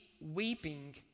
weeping